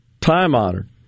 time-honored